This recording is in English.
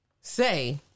say